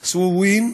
סויוין,